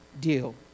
deal